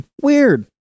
Weird